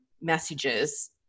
messages